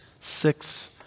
six